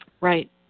right